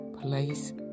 place